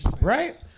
Right